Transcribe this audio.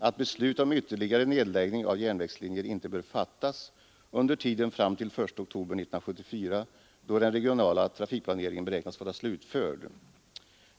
att beslut om ytterligare nedläggning av järnvägslinjer inte bör fattas under tiden fram till den 1 oktober 1974, då den regionala trafikplaneringen beräknas vara slutförd.